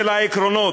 של העקרונות.